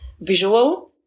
visual